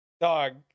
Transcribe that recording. Dog